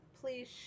Please